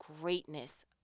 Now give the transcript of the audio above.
greatness